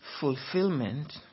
fulfillment